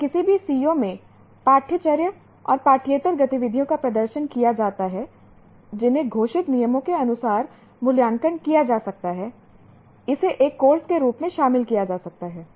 और किसी भी CO में पाठ्यचर्या और पाठ्येतर गतिविधियों का प्रदर्शन किया जाता है जिन्हें घोषित नियमों के अनुसार मूल्यांकन किया जा सकता है इसे एक कोर्स के रूप में शामिल किया जा सकता है